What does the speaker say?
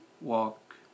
walk